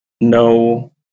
no